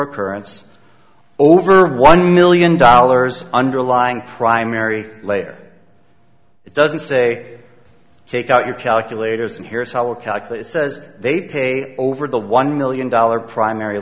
currence over one million dollars underlying primary later it doesn't say take out your calculators and here's how we calculate it says they pay over the one million dollar primary